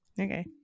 Okay